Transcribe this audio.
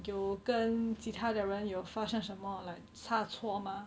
有跟其他的人有发生什么差错吗